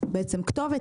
בעצם כתובת,